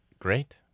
great